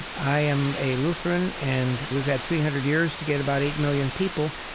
i am a lutheran, and we've had three hundred years to get about eight million people.